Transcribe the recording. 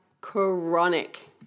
chronic